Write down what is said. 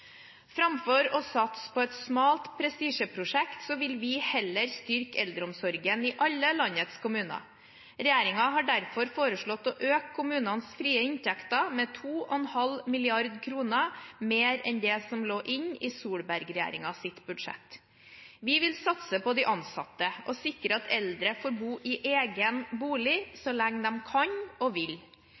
Framfor å satse på et smalt prestisjeprosjekt vil vi heller styrke eldreomsorgen i alle landets kommuner. Regjeringen har derfor foreslått å øke kommunenes frie inntekter med 2,5 mrd. kr mer enn det som lå inne i Solberg-regjeringens budsjett. Vi vil satse på de ansatte og sikre at eldre får bo i egen bolig så lenge de kan og vil.